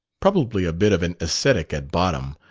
probably a bit of an ascetic at bottom,